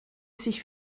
sich